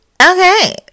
okay